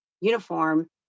uniform